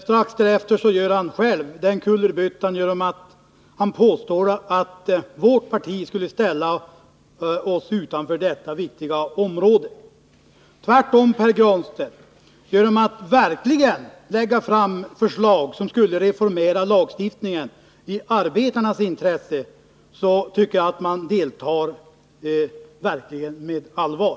Strax därefter gör han själv en kullerbytta genom att påstå att vi i vårt parti skulle ställa oss utanför detta viktiga område. Tvärtom tycker jag, Pär Granstedt, att vi genom att lägga fram förslag som skulle reformera lagstiftningen så att den blir i arbetarnas intresse verkligen deltar i detta arbete med allvar.